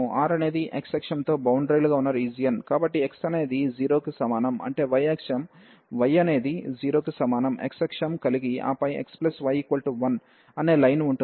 R అనేది x అక్షంతో boundary లుగా ఉన్న రీజియన్ కాబట్టి x అనేది 0 కి సమానం అంటే y అక్షం y అనేది 0 కి సమానం x అక్షం కలిగి ఆపై xy1 అనే లైన్ ఉంటుంది